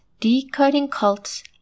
decodingcults